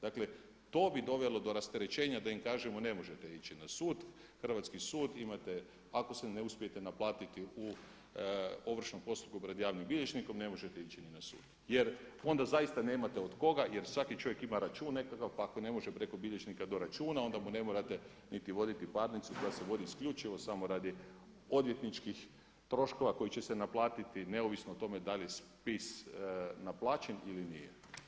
Dakle to bi dovelo do rasterećenja da im kažemo ne možete ići na sud, hrvatski sud, imate, ako se ne uspijete naplatiti u ovršnom postupku pred javnim bilježnikom ne možete ići ni na sud jer onda zaista nemate od koga jer svaki čovjek ima račun nekakav pa ako ne može preko bilježnika do računa onda mu ne morate niti voditi parnicu da se vodi isključivo radi odvjetničkih troškova koji će se naplatiti neovisno o tome da li je spis naplaćen ili nije.